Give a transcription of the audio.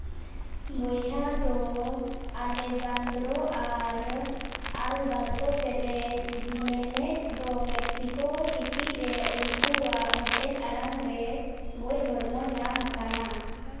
ᱵᱚᱭᱦᱟ ᱫᱚ ᱟᱞᱮᱡᱟᱱᱫᱨᱚ ᱟᱨ ᱟᱞ ᱵᱟᱛᱨᱳ ᱯᱮᱨᱮᱡ ᱡᱤᱢᱮᱱᱮᱡᱽ ᱫᱚ ᱢᱮᱠᱥᱤᱠᱳ ᱥᱤᱴᱤ ᱨᱮ ᱱᱩᱠᱩᱣᱟᱜ ᱦᱳᱴᱮᱞ ᱟᱲᱟᱝ ᱨᱮ ᱜᱚᱡ ᱦᱚᱲᱢᱚ ᱧᱟᱢ ᱟᱠᱟᱱᱟ